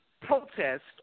protest